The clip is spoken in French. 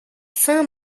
saint